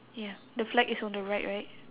ya the flag is on the right right